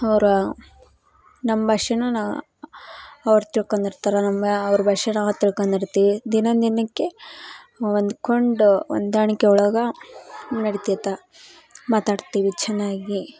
ಅವ್ರು ನಮ್ಮ ಭಾಷೆನು ನಾ ಅವ್ರ ತಿಳ್ಕೊಂಡಿರ್ತಾರ ನಮ್ಮ ಬಾ ಅವ್ರ ಭಾಷೆ ನಾವು ತಿಳ್ಕೊಂಡಿರ್ತೀವಿ ದಿನ ದಿನಕ್ಕೆ ಹೊಂದ್ಕೊಂಡು ಹೊಂದಾಣಿಕಿ ಒಳಗೆ ನಡಿತೈತ ಮಾತಾಡ್ತೀವಿ ಚೆನ್ನಾಗಿ